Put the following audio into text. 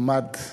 עמדת